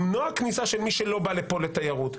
למנוע כניסה של מי שלא בא לפה לתיירות.